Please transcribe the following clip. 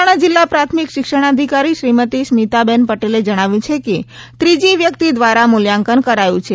મહેસાણા જિલ્લા પ્રાથમિક શિક્ષણાધિકારી શ્રીમતી સ્મિતાબહેન પટેલે જણાવ્યું છે કે ત્રીજી વ્યક્તિ દ્વારા મૂલ્યાંકન કરાયું છે